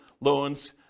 loans